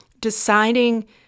Deciding